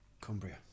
Cumbria